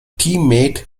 teammate